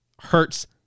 hurts